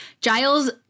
giles